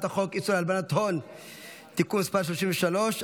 חוק איסור הלבנת הון (תיקון מס' 33),